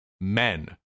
men